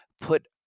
put